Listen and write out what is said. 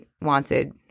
wanted –